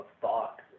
thought